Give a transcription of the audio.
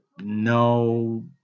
no